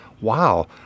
wow